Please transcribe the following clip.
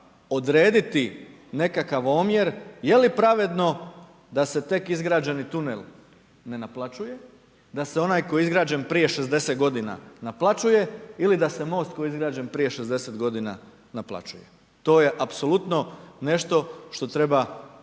odrediti nekakav omjer je li pravedno da se tek izgrađeni tunel ne naplaćuje, da se onaj koji je izgrađen prije 60 godina naplaćuje ili da se most koji je izgrađen prije 60 godina naplaćuje. To je apsolutno nešto što treba izvagati